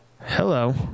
Hello